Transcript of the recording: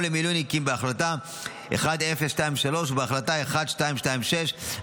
למילואימניקים בהחלטה 1023 ובהחלטה 1226,